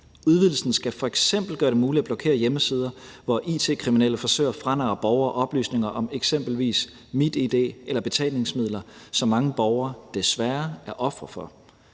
Udvidelsen skal f.eks. gøre det muligt at blokere hjemmesider, hvor it-kriminelle forsøger at franarre borgere oplysninger om eksempelvis MitID eller betalingsmidler, som mange borgere desværre er ofre for.